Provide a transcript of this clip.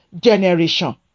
generation